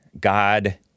God